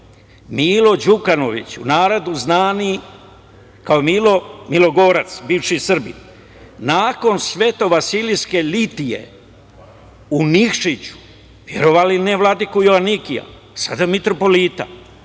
Milo Đukanović u narodnu zvani kao Milo milogorac bivši Srbin, nakon Svetovasilijske litije u Nikšiću, verovali ili ne, Vladiku Joanikija, sada mitropolita,